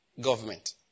government